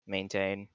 Maintain